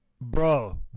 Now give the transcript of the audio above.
Bro